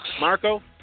Marco